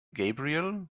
gabriel